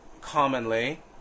commonly